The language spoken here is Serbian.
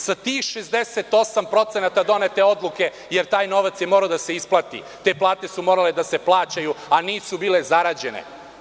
Sa tih 68% donete odluke, jer taj novac je morao da se isplati, te plate su morale da se plaćaju, a nisu bile zarađene.